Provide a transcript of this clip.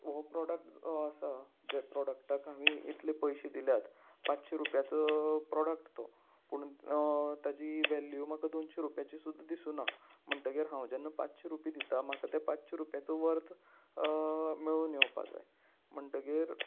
हो प्रोडक्ट आसा जे प्रोडक्टाक हांवें इतले पयशे दिल्यात पांचशे रुपयचो प्रोडक्ट तो पूण ताजी वेल्यू म्हाका दोनशी रुपयाची सुद्दां दिसूनना म्हणटगीर हांव जेन्ना पांचशे रुपया दिता म्हाका ते पांचशे रुपयाचो वर्थ मेळून येवपा जाय म्हणटगीर